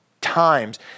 times